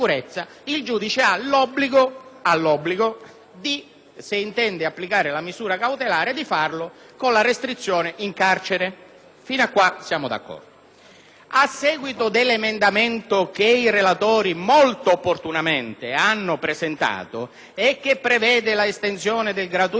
se intende applicare la misura cautelare - di farlo con la restrizione in carcere. E fin qui siamo d'accordo. A seguito dell'emendamento che i relatori, molto opportunamente, hanno presentato e che prevede la estensione del gratuito patrocinio alle vittime di violenze sessuali e ad altre ipotesi,